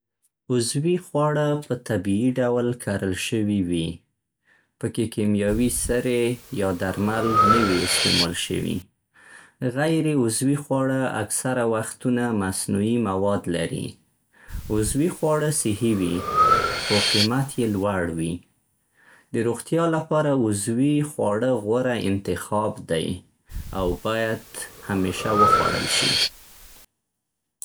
عضوي خواړه په طبیعي ډول کرل شوي وي. پکې کیمیاوي سرې یا درمل نه وي استعمال شوي. غیر عضوي خواړه اکثره وختونه مصنوعي مواد لري. عضوي خواړه صحي وي، خو قیمت یې لوړ وي. د روغتیا له پاره عضوي خواړه غوره انتخاب دي او بايد همېشه وخوړل شي.